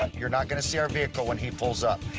you're not going to see our vehicle when he pulls up.